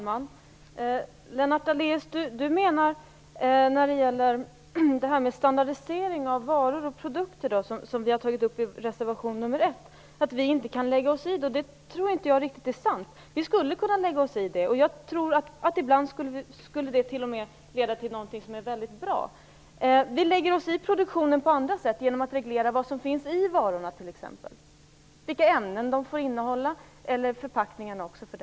Herr talman! När det gäller standardisering av varor och produkter, något som vi har tagit upp i reservation nr 1, menar Lennart Daléus alltså att man inte kan lägga sig i det. Jag tror inte att det är riktigt sant. Man skulle kunna lägga sig i det. Jag tror att det ibland t.o.m. skulle leda till något mycket bra. Man lägger sig i produktionen på andra sätt genom att t.ex. reglera vad som finns i varorna, vilka ämnen de får innehålla eller för den delen förpackningarna.